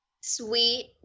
sweet